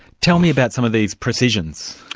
tell me about some of these precisions?